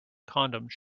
condoms